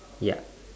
ya